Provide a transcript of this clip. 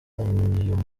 w’uyu